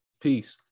Peace